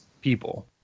people